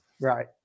Right